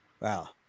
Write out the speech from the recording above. Wow